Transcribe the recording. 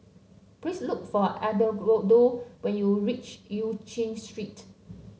please look for Edgardo when you reach Eu Chin Street